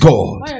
God